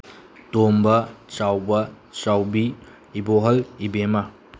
ꯇꯣꯝꯕ ꯆꯥꯎꯕ ꯆꯥꯎꯕꯤ ꯏꯕꯣꯍꯜ ꯏꯕꯦꯝꯃ